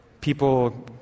people